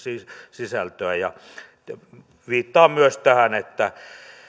sisältöä viittaan myös tähän